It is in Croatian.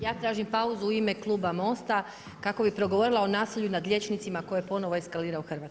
Ja tražim pauzu u ime kluba MOST-a kako bih progovorila o nasilju nad liječnicima koje ponovno eskalira u Hrvatskoj.